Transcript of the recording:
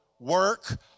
Work